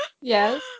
Yes